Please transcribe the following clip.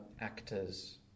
actors